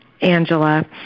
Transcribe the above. Angela